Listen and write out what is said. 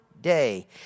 day